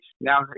Now